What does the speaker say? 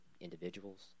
individuals